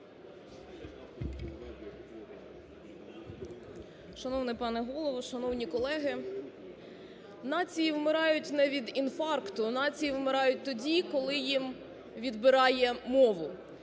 Шановний пане Голово, шановні колеги. "Нації вмирають не від інфаркту. Нації вмирають тоді, коли їм відбирає мову",